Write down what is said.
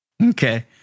Okay